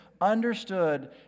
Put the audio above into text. understood